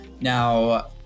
Now